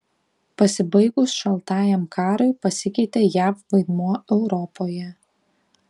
pasibaigus šaltajam karui pasikeitė jav vaidmuo europoje